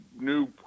new